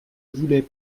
voulait